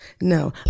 No